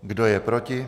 Kdo je proti?